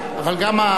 אבל גם הפרלמנט-זוטא,